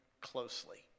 closely